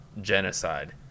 genocide